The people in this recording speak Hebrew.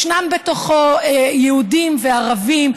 ישנם בתוכו יהודים וערבים,